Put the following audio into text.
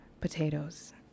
potatoes